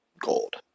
gold